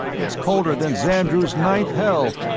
it's colder than zandru's ninth hell.